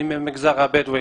אני מהמגזר הבדואי,